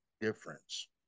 difference